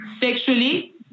sexually